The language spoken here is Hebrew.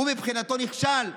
הוא מבחינתו נכשל.